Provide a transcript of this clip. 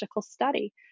study